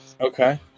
Okay